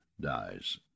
dies